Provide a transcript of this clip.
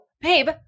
babe